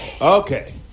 Okay